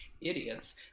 idiots